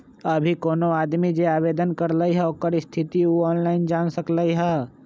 अभी कोनो आदमी जे आवेदन करलई ह ओकर स्थिति उ ऑनलाइन जान सकलई ह